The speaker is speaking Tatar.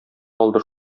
калды